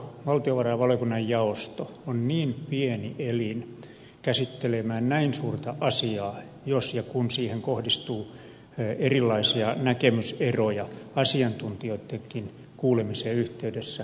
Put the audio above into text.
valtiovarainvaliokunnan jaosto on niin pieni elin käsittelemään näin suurta asiaa jos ja kun siihen kohdistuu erilaisia näkemyseroja asiantuntijoittenkin kuulemisen yhteydessä